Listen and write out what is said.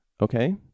okay